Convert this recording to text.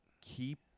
keep